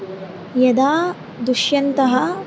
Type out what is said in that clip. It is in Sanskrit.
यदा दुष्यन्तः